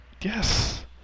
Yes